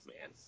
man